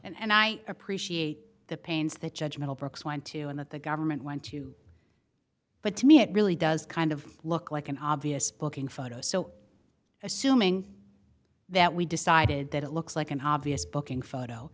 this and i appreciate the pains that judge middlebrooks went to and that the government went too but to me it really does kind of look like an obvious booking photo so assuming that we decided that it looks like an obvious booking photo